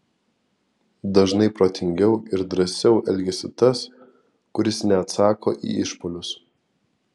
dažnai protingiau ir drąsiau elgiasi tas kuris neatsako į išpuolius